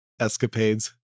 escapades